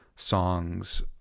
songs